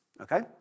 Okay